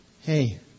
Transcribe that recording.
Hey